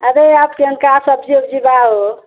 अरे आप खियन का सब्जी ओब्जी बा हो